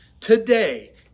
Today